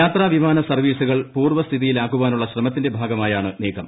യാത്രാവിമാന സർവീസുകൾ പൂർവസ്ഥിതിയിലാക്കാനുള്ള ശ്രമത്തിന്റെ ഭാഗമായാണ് നീക്കം